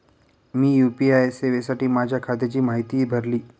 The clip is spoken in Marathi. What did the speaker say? मी यू.पी.आय सेवेसाठी माझ्या खात्याची माहिती भरली